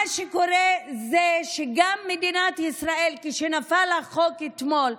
מה שקורה זה שגם מדינת ישראל, כשנפל החוק אתמול,